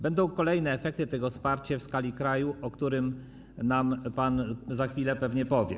Będą kolejne efekty tego wsparcia w skali kraju, o którym nam pan za chwilę pewnie powie.